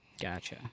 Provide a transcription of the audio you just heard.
Gotcha